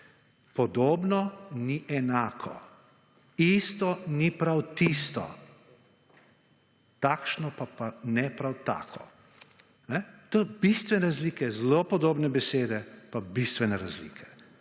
Podobno ni enako, isto ni prav tisto, takšno pa ne prav tako. To je bistvene razlike, zelo podobne besede, pa bistvene razlike.